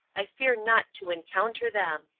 i fear not to encounter them.